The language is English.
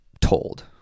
told